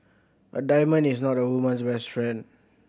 a diamond is not a woman's best friend